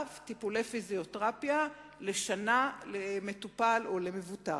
טיפולי פיזיותרפיה לשנה למטופל או למבוטח.